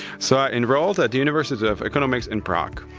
so i enrolled at the university of economics in prague.